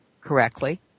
correctly